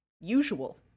usual